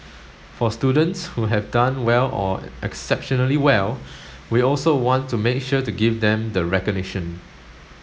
for students who have done well or exceptionally well we also want to make sure to give them the recognition